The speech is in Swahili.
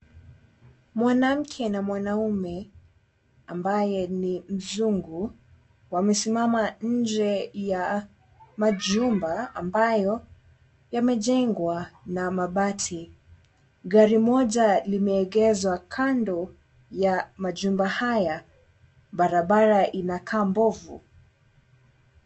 Mwanamke na mwanaume ambaye ni mzungu wamesimama inje ya majumba ambayo yamejengwa na mabati , gari moja limeegezwa kando ya majumba haya, barabara inakaa mbovu.